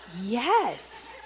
yes